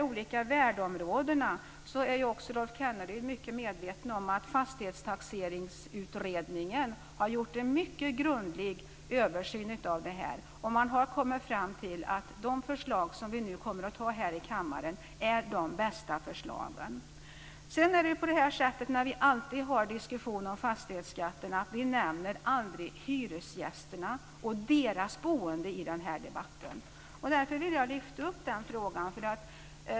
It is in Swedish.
Även Rolf Kenneryd är medveten om att Fastighetstaxeringsutredningen har gjort en mycket grundlig översyn av detta med värdeområden. Man har kommit fram till att de förslag vi nu kommer att besluta om här i kammaren är de bästa. Vi nämner aldrig hyresgästerna i diskussionen om fastighetsskatten. Jag vill lyfta upp den frågan.